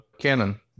Canon